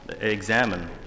examine